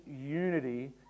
unity